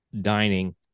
dining